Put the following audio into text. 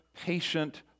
patient